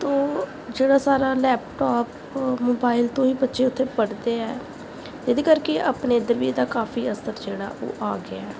ਤੋ ਜਿਹੜਾ ਸਾਰਾ ਲੈਪਟੋਪ ਮੋਬਾਈਲ ਤੋਂ ਹੀ ਬੱਚੇ ਉੱਥੇ ਪੜ੍ਹਦੇ ਹੈ ਇਹਦੇ ਕਰਕੇ ਆਪਣੇ ਇੱਧਰ ਵੀ ਇਹਦਾ ਕਾਫ਼ੀ ਅਸਰ ਜਿਹੜਾ ਉਹ ਆ ਗਿਆ